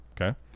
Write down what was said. okay